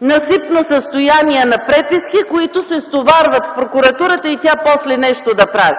насипно състояние на преписки, които се стоварват в Прокуратурата и тя после нещо да прави.